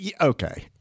Okay